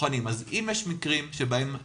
אם יש טענה